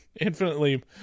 infinitely